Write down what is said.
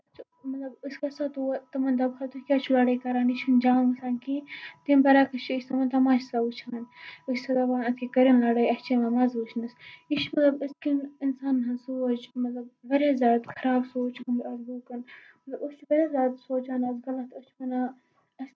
مطلب أسۍ چھِ گژھان تور تِمن دَپہو تُہۍ کیازِ چھِو لَڑٲے کران یہِ چھُنہٕ جان گژھان کیٚنہہ تَمہِ بَرعَکٔس چھِ أسۍ یِمَن تَماشہٕ آسان وُچھان أسۍ چھِ دَپان اَدٕ کیاہ کٔرِنۍ لَڑٲے اَسہِ چھُ یِوان مَزٕ وُچھنَس یہِ چھُ أزکین اِنسانَن ہنٛز سونچ مطلب واریاہ زیادٕ خراب سونچ چھُ آز لُکَن أسۍ چھِ واریاہ زیادٕ سونچان آز کَل اَتھ أسۍ چھِ وَنان